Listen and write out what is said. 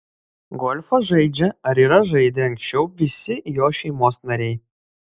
golfą žaidžią ar yra žaidę anksčiau visi jo šeimos nariai